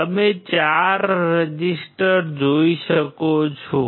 તમે ચાર રજીસ્ટર જોઈ શકો છો